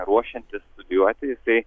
ruošiantis studijuoti jisai